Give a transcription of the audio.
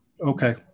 okay